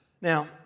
Now